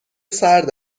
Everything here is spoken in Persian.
سرد